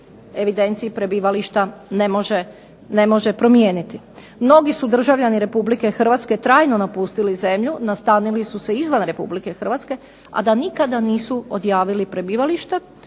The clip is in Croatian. evidenciji prebivališta ne može promijeniti. Mnogi su državljani Republike Hrvatske trajno napustili zemlju, nastanili su se izvan Republike Hrvatske, a da nikada nisu odjavili prebivalište,